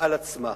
על עצמה.